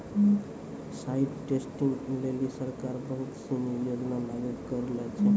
site testing लेलि सरकार बहुत सिनी योजना लागू करलें छै